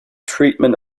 treatment